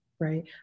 right